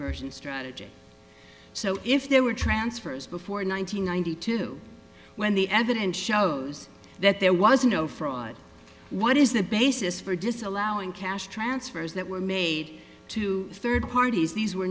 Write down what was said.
conversion strategy so if there were transfers before nine hundred ninety two when the evidence shows that there was no fraud what is the basis for disallowing cash transfers that were made to third parties these were